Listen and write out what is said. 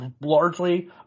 Largely